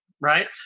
right